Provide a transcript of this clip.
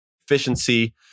Efficiency